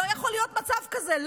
לא יכול להיות מצב כזה.